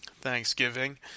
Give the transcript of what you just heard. Thanksgiving